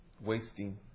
Wasting